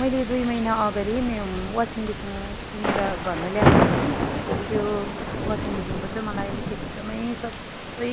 मैले दुई महिना अगाडि मेरो वासिङ मेसिन किनेर घरमा ल्याएको थिएँ कि त्यो वासिङ मेसिनको चाहिँ मलाई एकदमै सबै